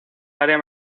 área